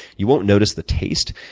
you won't notice the taste,